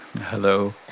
Hello